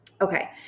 Okay